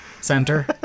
center